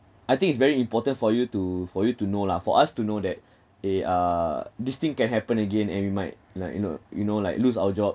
I think it's very important for you to for you to know lah for us to know that eh uh this thing can happen again and we might like you know you know like lose our jobs